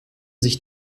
sich